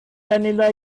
vanilla